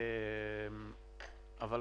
אבל